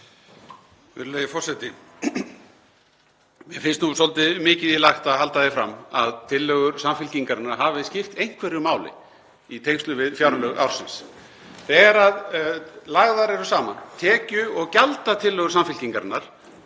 Þegar lagðar eru saman tekju- og gjaldatillögur Samfylkingarinnar